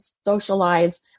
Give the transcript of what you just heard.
socialize